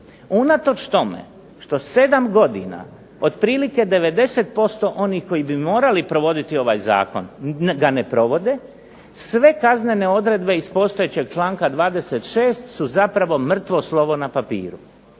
Unatoč tome što 7 godina, otprilike 90% onih koji bi morali provoditi ovaj zakon ga ne provode, sve kaznene odredbe iz postojećeg članka 26. su zapravo mrtvo slovo na papiru.